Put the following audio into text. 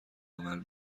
عمل